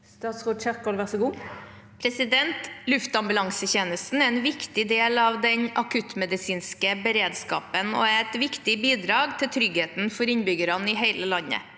Luftambulanse- tjenesten er en viktig del av den akuttmedisinske beredskapen og er et viktig bidrag til tryggheten for innbyggerne i hele landet.